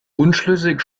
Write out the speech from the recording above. unschlüssig